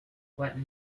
what